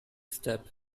step